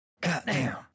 Goddamn